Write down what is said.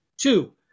Two